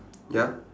ya